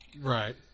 Right